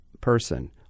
person